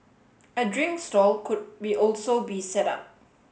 a drink stall could be also be set up